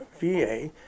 VA